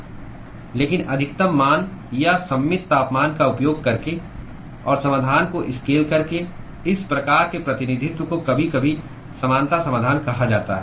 लेकिन अधिकतम मान या सममित तापमान का उपयोग करके और समाधान को स्केल करके इस प्रकार के प्रतिनिधित्व को कभी कभी समानता समाधान कहा जाता है